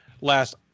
last